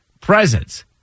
presents